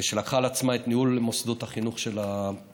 שלקחה על עצמה את ניהול מוסדות החינוך של הקהילה,